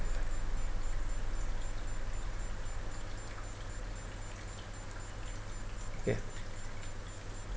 yes